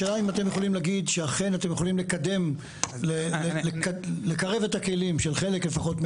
השאלה אם אתם יכולים להגיד שאכן אתם יכולים לקרב את הכלים של חלק לפחות,